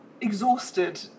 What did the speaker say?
exhausted